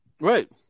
Right